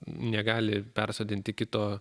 negali persodinti kito